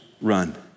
run